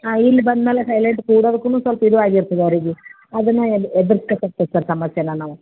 ಹಾಂ ಇಲ್ಲಿ ಬಂದಮೇಲೆ ಸೈಲೆಂಟ್ ಕೂರೋದುಕ್ಕೂ ಸ್ವಲ್ಪ ಇದು ಆಗಿರ್ತದೆ ಅವರಿಗೆ ಅದನ್ನು ಎದರ್ಸ್ಬೇಕಾಗ್ತದೆ ಸರ್ ಸಮಸ್ಯೆನ ನಾವು